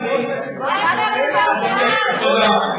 מציע, אדוני, אתה, אייכלר דיבר בעד, תודה.